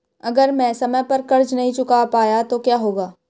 अगर मैं समय पर कर्ज़ नहीं चुका पाया तो क्या होगा?